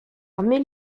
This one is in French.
mille